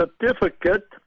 certificate